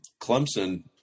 Clemson